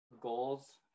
goals